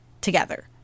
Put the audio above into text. together